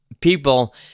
people